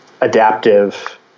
adaptive